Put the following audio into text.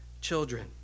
children